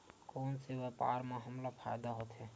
कोन से व्यापार म हमला फ़ायदा होथे?